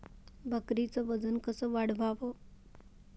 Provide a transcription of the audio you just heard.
बकरीचं वजन कस वाढवाव?